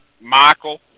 Michael